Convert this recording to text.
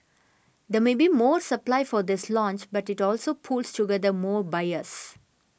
there may be more supply for this launch but it also pools together more buyers